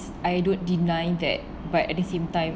I don't deny that but at the same time